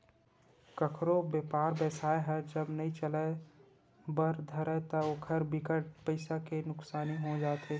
कखरो बेपार बेवसाय ह जब नइ चले बर धरय ता ओखर बिकट पइसा के नुकसानी हो जाथे